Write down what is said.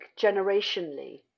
generationally